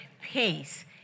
peace